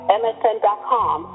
msn.com